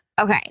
okay